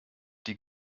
die